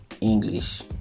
English